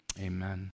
Amen